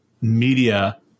media